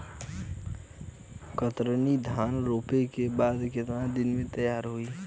कतरनी धान रोपे के बाद कितना दिन में तैयार होई?